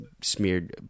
smeared